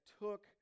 took